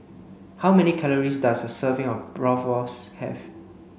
how many calories does a serving of Bratwurst have